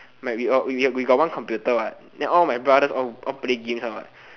like we all we we got one computer what then all my brothers all all play games one what